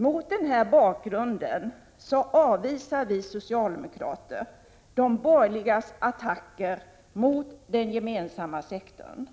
Mot den här bakgrunden avvisar vi socialdemokrater de borgerligas attacker mot den gemensamma sektorn.